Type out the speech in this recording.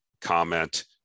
comment